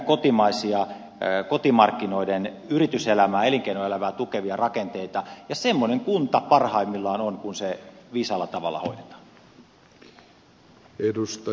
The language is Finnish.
me tarvitsemme kotimarkkinoiden yrityselämää elinkeinoelämää tukevia rakenteita ja semmoinen kunta parhaimmallaan on kun se viisaalla tavalla hoidetaan